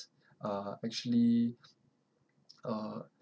are actually uh